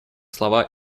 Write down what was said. слова